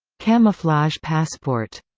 camouflage passport